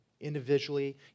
individually